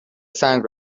سنگ